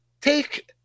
take